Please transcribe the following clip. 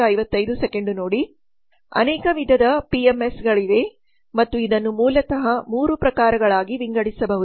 ಅನೇಕ ವಿಧದ ಪಿಎಂಎಸ್ಗಳಿವೆ ಮತ್ತು ಇದನ್ನು ಮೂಲತಃ 3 ಪ್ರಕಾರಗಳಾಗಿ ವಿಂಗಡಿಸಬಹುದು